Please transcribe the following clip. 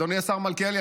אדוני השר מלכיאלי,